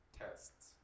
tests